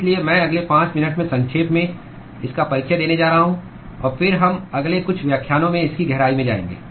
इसलिए मैं अगले 5 मिनट में संक्षेप में इसका परिचय देने जा रहा हूँ और फिर हम अगले कुछ व्याख्यानों में इसकी गहराई में जाएंगे